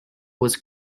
was